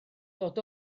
dod